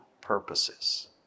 purposes